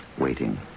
Waiting